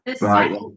Right